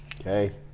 okay